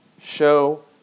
show